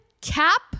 Cap